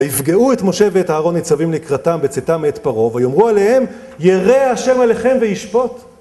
ויפגעו את משה ואת אהרון ניצבים לקראתם בצאתם את פרעה ויאמרו עליהם ירא השם עליכם וישפוט